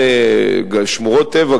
שמורות טבע,